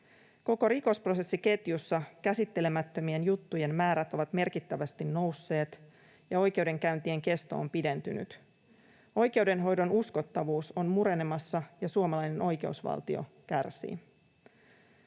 Koko rikosprosessiketjussa käsittelemättömien juttujen määrät ovat merkittävästi nousseet ja oikeudenkäyntien kesto on pidentynyt. Oikeudenhoidon uskottavuus on murenemassa, ja suomalainen oikeusvaltio kärsii.